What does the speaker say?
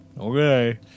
Okay